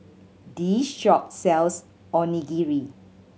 this shop sells Onigiri